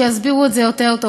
שיסבירו את זה יותר טוב.